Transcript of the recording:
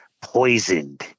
poisoned